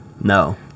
No